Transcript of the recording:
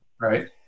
Right